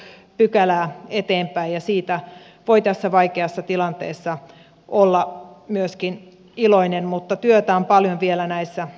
näitä on saatu pykälä eteenpäin ja siitä voi tässä vaikeassa tilanteessa olla myöskin iloinen mutta työtä on paljon vielä näissä tehtävänä